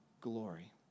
glory